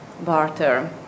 barter